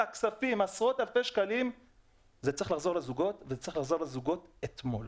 זה צריך לחזור לזוגות וצריך לחזור לזוגות אתמול.